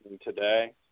today